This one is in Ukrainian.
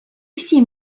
всі